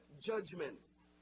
judgments